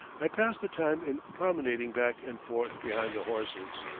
i pass the time in promenading back and forth behind the horses.